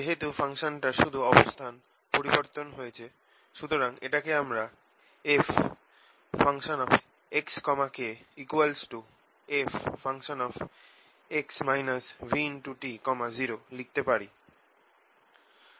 যেহেতু ফাংশনটার শুধু অবস্থান পরিবর্তন হয়েছে সুতরাং এটাকে আমরা fxkfx vt 0 লিখতে পারি